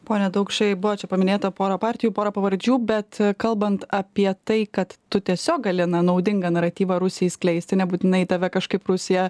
pone daukšai buvo čia paminėta pora partijų porą pavardžių bet kalbant apie tai kad tu tiesiog gali na naudingą naratyvą rusijai skleisti nebūtinai tave kažkaip rusija